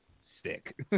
sick